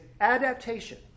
adaptation